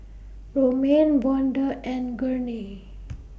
Romaine Vonda and Gurney